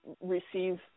receive